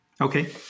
Okay